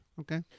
Okay